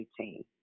18